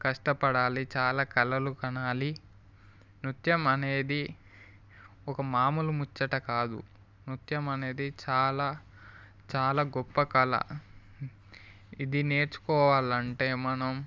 కష్టపడాలి చాలా కలలు కనాలి నృత్యం అనేది ఒక మామూలు ముచ్చట కాదు నృత్యం అనేది చాలా చాలా గొప్ప కళ ఇది నేర్చుకోవాలంటే మనం